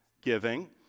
giving